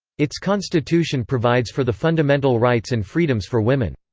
its constitution provides for the fundamental rights and freedoms for women.